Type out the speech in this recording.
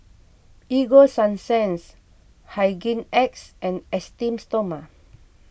Ego Sunsense Hygin X and Esteem Stoma